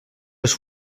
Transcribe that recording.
les